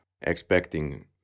expecting